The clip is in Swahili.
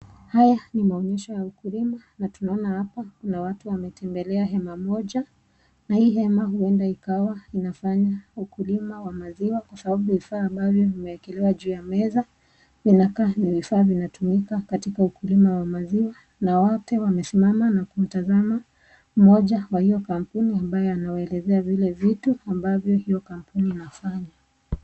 Haya ni maonyesho ya ukulima na tunaona hapa kuna watu wametembelea hema moja na hii hema huenda ikawa inafanya ukulima wa maziwa kwa sababu vifaa ambavyo vimewekelewa juu ya meza vinakaa ni vifaa vinatumika katika ukulima wa maziwa na wote wamesimama na kumtazama mmoja wa hiyo kampuni ambaye anawaelezea zile vitu ambavyo ili kampuni inafanya.